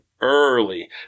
early